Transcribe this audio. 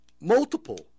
multiple